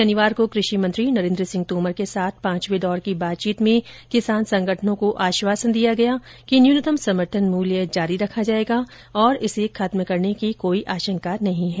शनिवार को कृषि मंत्री नरेन्द्र सिंह तोमर के साथ पांचवें दौर की बातचीत में किसान संगठनों को आश्वासन दिया गया कि न्यूनतम समर्थन मूल्य जारी रखा जाएगा और इसे खत्म करने की कोई आशंका नहीं है